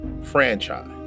franchise